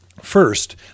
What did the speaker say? First